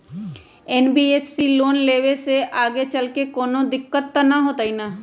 NBFC से loan लेबे से आगेचलके कौनो दिक्कत त न होतई न?